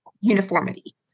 uniformity